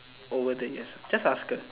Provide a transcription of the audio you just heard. over the years just ask her